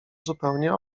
zupełnie